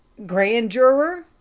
grand juror.